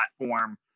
platform